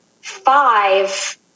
five